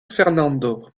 fernando